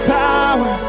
power